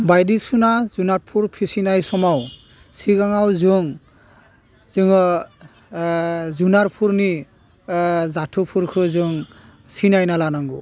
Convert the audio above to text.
बायदिसिना जुनादफोर फिसिनाय समाव सिगाङाव जों जोङो जुनारफोरनि जादफोरखौ जों सिनायना लानांगौ